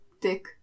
Dick